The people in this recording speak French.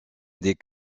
des